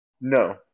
No